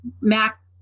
Mac